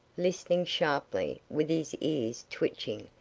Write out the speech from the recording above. listening sharply, with his ears twitching,